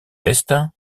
est